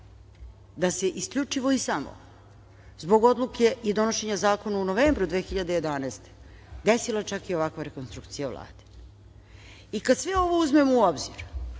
da se isključivo i samo zbog odluke i donošenja zakona u novembru 2011. godine desila čak i ovakva rekonstrukcija Vlade. Kad sve ovo uzmemo u obzir,